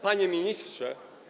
Panie Ministrze!